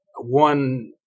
One